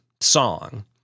song